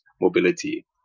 mobility